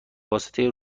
واسطه